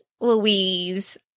Louise